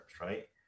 right